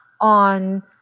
on